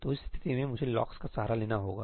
तो उस स्थिति में मुझे लॉक्स का सहारा लेना होगा